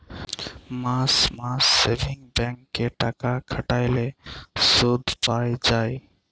মাস মাস savings bank এ টাকা খাটাল্যে শুধ পাই যায়